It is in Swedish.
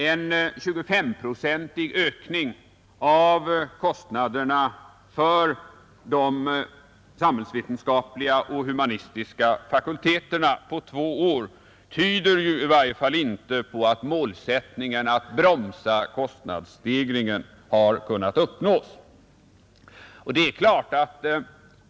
En 25-procentig ökning av kostnaderna för de samhällsvetenskapliga och humanistiska fakulteterna på två år tyder i varje fall inte på att målsättningen att bromsa kostnadsstegringen har kunnat uppnås.